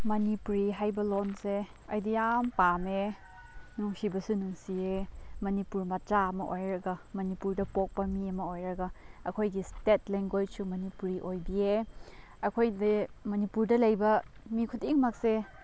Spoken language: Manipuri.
ꯃꯅꯤꯄꯨꯔꯤ ꯍꯥꯏꯕ ꯂꯣꯟꯁꯦ ꯑꯩꯗꯤ ꯌꯥꯝ ꯄꯥꯝꯃꯦ ꯅꯨꯡꯁꯤꯕꯁꯨ ꯅꯨꯡꯁꯤꯌꯦ ꯃꯅꯤꯄꯨꯔ ꯃꯆꯥ ꯑꯃ ꯑꯣꯏꯔꯒ ꯃꯅꯤꯄꯨꯔꯗ ꯄꯣꯛꯄ ꯃꯤ ꯑꯃ ꯑꯣꯏꯔꯒ ꯑꯩꯈꯣꯏꯒꯤ ꯏꯁꯇꯦꯠ ꯂꯦꯡꯒ꯭ꯋꯦꯖꯁꯨ ꯃꯅꯤꯄꯨꯔꯤ ꯑꯣꯏꯕꯤꯌꯦ ꯑꯩꯈꯣꯏꯗꯤ ꯃꯅꯤꯄꯨꯔꯗ ꯂꯩꯕ ꯃꯤ ꯈꯨꯗꯤꯡꯃꯛꯁꯦ